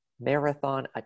marathon